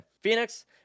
Phoenix